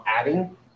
adding